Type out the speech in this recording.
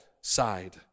side